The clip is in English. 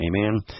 Amen